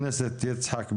יצחק פינדרוס,